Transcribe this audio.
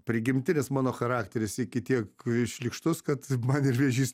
prigimtinis mano charakteris iki tiek šlykštus kad man ir vėžys